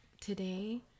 today